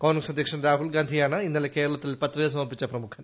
കോൺഗ്രസ് അധ്യക്ഷൻ രാഹുൽഗാന്ധിയാണ് ഇന്നലെ കേരളത്തിൽ പത്രികസമർപ്പിച്ച് പ്രമുഖൻ